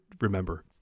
remember